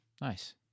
Nice